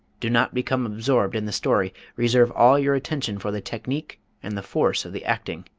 do not become absorbed in the story reserve all your attention for the technique and the force of the acting.